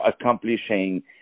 accomplishing